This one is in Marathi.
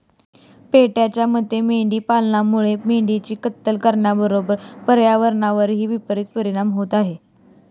पेटाच्या मते मेंढी पालनामुळे मेंढ्यांची कत्तल करण्याबरोबरच पर्यावरणावरही विपरित परिणाम होत आहे